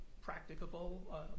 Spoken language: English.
practicable